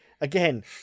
again